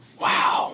Wow